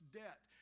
debt